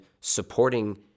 supporting